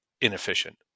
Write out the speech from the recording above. inefficient